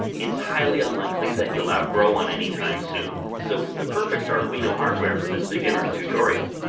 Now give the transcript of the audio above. it's highly unlikely that you will outgrow one any time soon, so it's the perfect arduino hardware for this beginners tutorial.